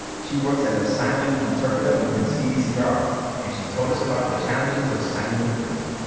she works as a sign language interpreter within cdcr and she told us about the challenges of signing in prison.